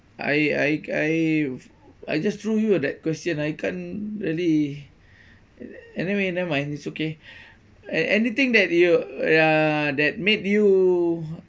I I I I just threw you that question I can't really anyway never mind it's okay uh anything that you uh that made you